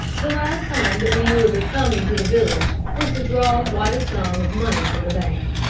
the last time that we knew of his coming to the village was to draw quite a sum of money from the bank.